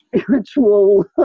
spiritual